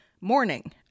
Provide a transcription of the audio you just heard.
morning